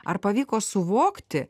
ar pavyko suvokti